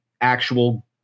actual